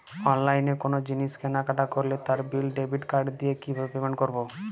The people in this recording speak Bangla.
অনলাইনে কোনো জিনিস কেনাকাটা করলে তার বিল ডেবিট কার্ড দিয়ে কিভাবে পেমেন্ট করবো?